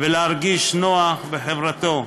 ולהרגיש נוח בחברתו.